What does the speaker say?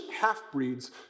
half-breeds